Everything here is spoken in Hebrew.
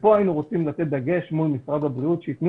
פה היינו רוצים לתת דגש מול משרד הבריאות שייתנו